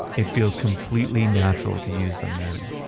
it feels completely natural to use them now.